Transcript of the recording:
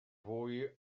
fwy